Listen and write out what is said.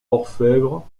orfèvre